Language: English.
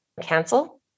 cancel